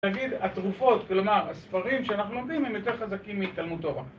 להגיד, התרופות, כלומר, הספרים שאנחנו לומדים, הם יותר חזקים מתלמוד תורה.